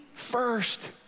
First